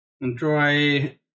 enjoy